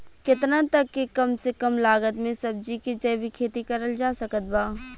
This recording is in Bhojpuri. केतना तक के कम से कम लागत मे सब्जी के जैविक खेती करल जा सकत बा?